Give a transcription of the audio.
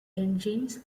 engines